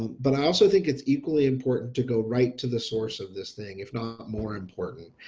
but i also think it's equally important to go right to the source of this thing if not more important.